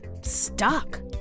stuck